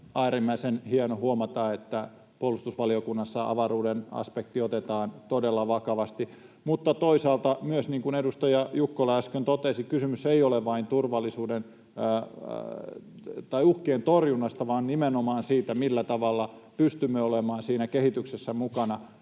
äärimmäisen hieno huomata, että puolustusvaliokunnassa avaruuden aspekti otetaan todella vakavasti. Mutta toisaalta myöskään, niin kuin edustaja Jukkola äsken totesi, kysymys ei ole vain uhkien torjunnasta vaan nimenomaan siitä, millä tavalla pystymme olemaan siinä kehityksessä mukana,